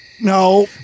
No